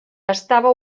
estava